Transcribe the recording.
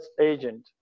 agent